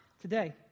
Today